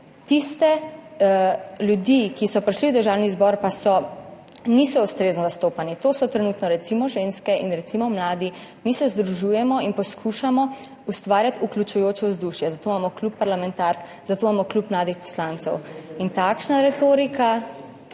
tiste ljudi, ki so prišli v Državni zbor, pa niso ustrezno zastopani, to so trenutno recimo ženske in mladi, mi se združujemo in poskušamo ustvarjati vključujoče vzdušje, zato imamo Klub parlamentark, zato imamo Klub mladih poslancev, in takšna